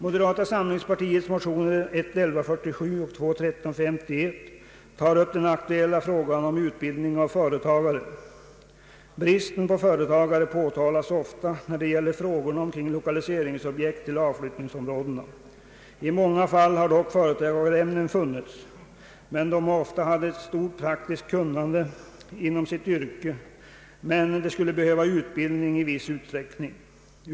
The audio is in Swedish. Moderata samlingspartiets motioner I: 1147 och II: 1351 tar upp den aktuella frågan om utbildning av företagare. Bristen på företagare påtalas ofta när det gäller frågorna omkring lokaliseringsobjekt till avflyttningsområdena. I många fall har dock företagareämnen funnits, som ofta kan ha ett stort praktiskt kunnande inom sitt yrke men som skulle behöva utbildning i viss utsträckning.